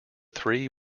three